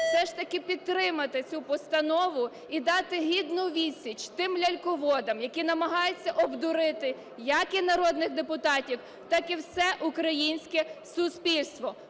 все ж таки підтримати цю постанову і дати гідну відсіч тим ляльководам, які намагаються обдурити як і народних депутатів, так і все українське суспільство.